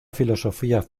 filosofía